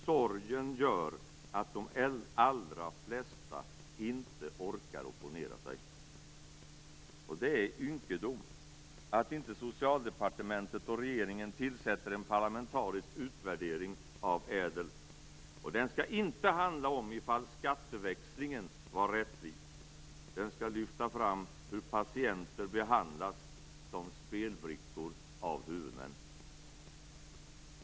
Sorgen gör att de allra flesta inte orkar opponera sig. Det är ynkedom att inte Socialdepartementet och regeringen tillsätter en parlamentarisk utvärdering av Ädel! Och den skall inte handla om huruvida skatteväxlingen var rättvis; den skall lyfta fram hur patienter behandlas som spelbrickor av huvudmän.